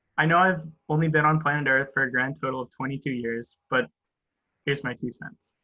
i know i've only been on planet earth for a grand total of twenty two years, but here's my two cents.